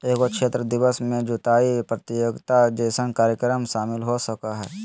एगो क्षेत्र दिवस में जुताय प्रतियोगिता जैसन कार्यक्रम शामिल हो सकय हइ